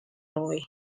roy